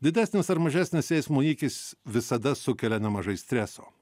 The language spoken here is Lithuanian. didesnis ar mažesnis eismo įvykis visada sukelia nemažai streso